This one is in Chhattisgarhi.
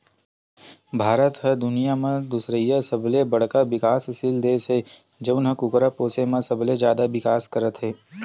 भारत ह दुनिया म दुसरइया सबले बड़का बिकाससील देस हे जउन ह कुकरा पोसे म सबले जादा बिकास करत हे